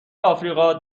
آفریقا